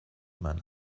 man